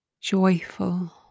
joyful